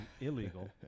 illegal